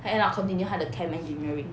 他 end up 要 continue 他的 chem engineering